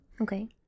Okay